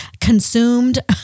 consumed